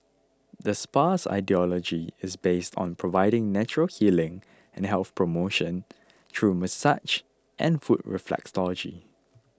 the spa's ideology is based on providing natural healing and health promotion through massage and foot reflexology